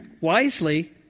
wisely